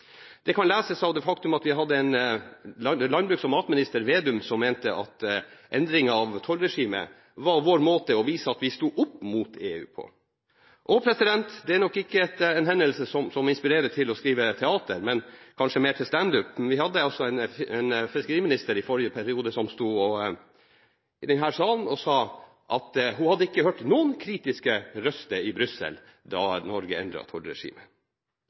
Det kan leses av det faktum at tidligere landbruks- og matminister Trygve Slagsvold Vedum mente at endringer av tollregimet var vår måte å vise at vi sto opp mot EU på. Og det er nok ikke en hendelse som inspirerer til å drive med teater, men kanskje heller med stand-up. Vi hadde en fiskeriminister i forrige periode som sto i denne salen og sa at hun ikke hadde hørt noen kritiske røster i Brussel da Norge